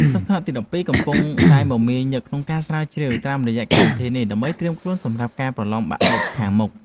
សិស្សថ្នាក់ទីដប់ពីរកំពុងតែមមាញឹកក្នុងការស្រាវជ្រាវតាមរយៈកម្មវិធីនេះដើម្បីត្រៀមខ្លួនសម្រាប់ការប្រឡងបាក់ឌុបខាងមុខ។